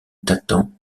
datant